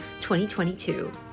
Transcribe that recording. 2022